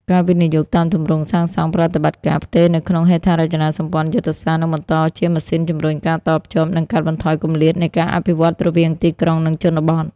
ការវិនិយោគតាមទម្រង់ សាងសង់-ប្រតិបត្តិការ-ផ្ទេរនៅក្នុងហេដ្ឋារចនាសម្ព័ន្ធយុទ្ធសាស្ត្រ នឹងបន្តជាម៉ាស៊ីនជំរុញការតភ្ជាប់ និងកាត់បន្ថយគម្លាតនៃការអភិវឌ្ឍរវាងទីក្រុង និងជនបទ។